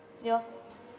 yours